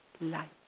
light